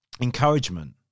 encouragement